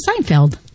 Seinfeld